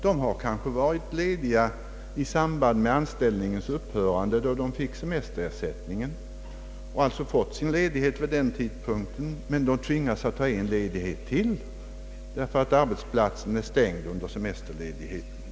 Den som skiftat anställning kan ha tagit ledigt i samband med det tidigare arbetets upphörande då semesteresättningen erhölls, men tvingas ta ytterligare en ledighet därför att den nya arbetsplatsen är semesterstängd.